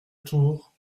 tour